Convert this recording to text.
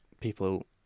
people